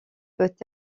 peut